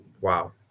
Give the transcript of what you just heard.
Wow